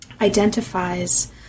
identifies